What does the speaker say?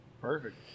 perfect